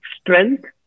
strength